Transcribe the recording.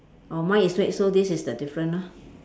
oh mine is red so this is the different ah